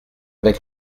avec